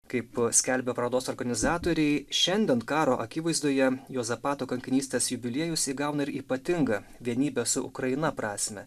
kaip skelbia parodos organizatoriai šiandien karo akivaizdoje juozapato kankinystės jubiliejus įgauna ir ypatingą vienybės su ukraina prasmę